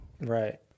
right